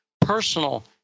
personal